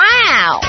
Wow